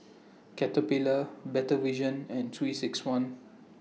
Caterpillar Better Vision and three six one